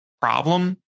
problem